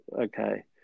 okay